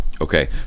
Okay